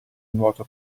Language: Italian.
nuoto